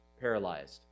paralyzed